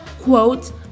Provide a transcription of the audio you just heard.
quote